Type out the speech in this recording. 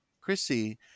chrissy